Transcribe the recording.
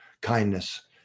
kindness